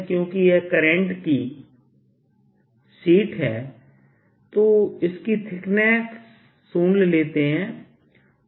क्योंकि यह करंट की शीट है तो इसकी थिकनेस शून्य लेते है